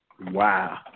Wow